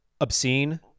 obscene